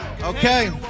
Okay